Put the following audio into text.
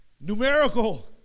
numerical